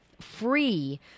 free